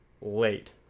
late